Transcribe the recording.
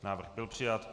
Návrh byl přijat.